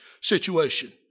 situation